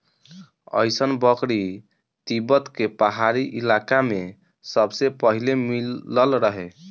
अइसन बकरी तिब्बत के पहाड़ी इलाका में सबसे पहिले मिलल रहे